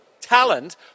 Talent